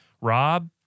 Rob